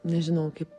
nežinau kaip